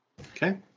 okay